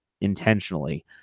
intentionally